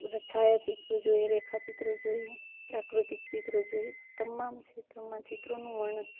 છાયા ચિત્રો જોઈએ રેખા ચિત્રો જોઈએ પ્રાકૃતિક ચિત્રો જોઈએ તમામ ક્ષેત્રોમાં ચિત્રોનું વર્ણન